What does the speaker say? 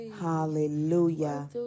Hallelujah